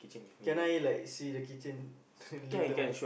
can I like see the keychain later on